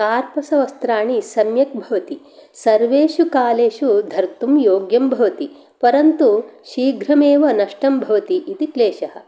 कार्पसवस्त्राणि सम्यक् भवति सर्वेषु कालेषु धर्तुं योग्यं भवति परन्तु शीघ्रमेव नष्टं भवति इति क्लेषः